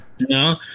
No